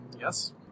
Yes